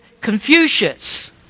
Confucius